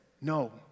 no